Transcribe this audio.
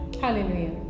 Hallelujah